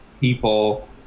people